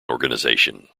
organization